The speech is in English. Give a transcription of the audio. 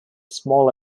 small